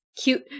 cute